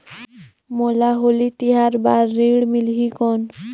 मोला होली तिहार बार ऋण मिलही कौन?